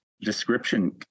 description